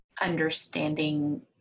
understanding